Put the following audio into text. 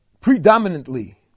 predominantly